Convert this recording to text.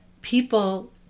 people